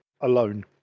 alone